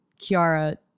Kiara